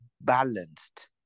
balanced